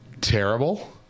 terrible